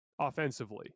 offensively